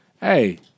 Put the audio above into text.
hey